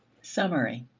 summary.